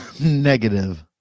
Negative